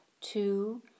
two